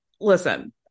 listen